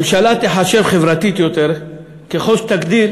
ממשלה תיחשב חברתית יותר ככל שתגדיל